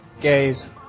gays